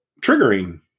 triggering